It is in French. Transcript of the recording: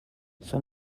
son